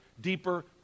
deeper